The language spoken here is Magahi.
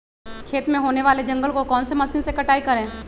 खेत में होने वाले जंगल को कौन से मशीन से कटाई करें?